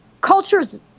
cultures